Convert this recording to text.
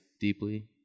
deeply